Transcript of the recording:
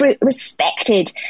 respected